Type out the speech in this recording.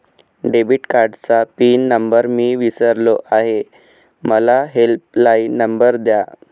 debit कार्डचा pin number मी विसरलो आहे मला हेल्पलाइन नंबर द्या